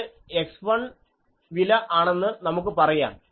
ഇത് x1 വില ആണെന്ന് നമുക്ക് പറയാം